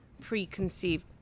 preconceived